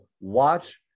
watch